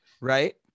right